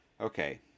Okay